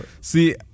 See